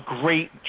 great